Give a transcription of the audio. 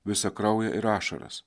visą kraują ir ašaras